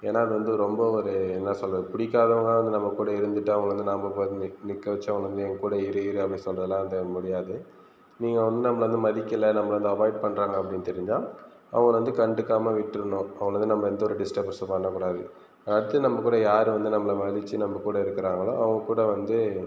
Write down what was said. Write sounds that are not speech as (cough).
ஏன்னா வந்து ஒரு ரொம்ப ஒரு என்ன சொல்லுறது பிடிக்காதவங்களா நம்ம கூட இருந்துகிட்டு அவங்கள வந்து நம்ப நிற்கவச்சி (unintelligible) என்கூட இரு இருன்னு அப்படி சொல்லுறதுலாம் வந்து முடியாது நீங்கள் வந்து நம்மளை மதிக்கல நம்மளை வந்து அவாய்ட் பண்ணுறாங்க அப்படினு தெரிஞ்சால் அவங்கள வந்து கண்டுக்காமல் விட்டுரணும் அவங்கள வந்து நம்ம எந்த ஒரு டிஸ்டர்பன்ஸும் எதுவும் பண்ண கூடாது அடுத்து நம்ம கூட யார் வந்து நம்பளை மதிச்சு நம்ம கூட இருக்குறாங்களோ அவங்க கூட வந்து